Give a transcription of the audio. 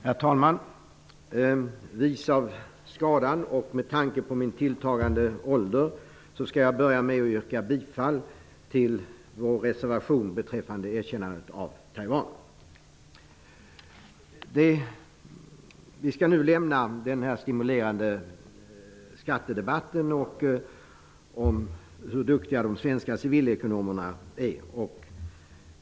Herr talman! Vis av skadan och med tanke på min tilltagande ålder skall jag börja med att yrka bifall till vår reservation beträffande erkännandet av Vi skall nu lämna den stimulerande skattedebatten om hur duktiga de svenska civilekonomerna är.